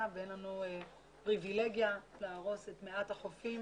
ואין לנו פריבילגיה להרוס את מעט החופים